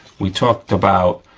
we talked about,